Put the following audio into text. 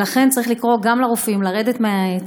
ולכן צריך לקרוא גם לרופאים לרדת מהעץ,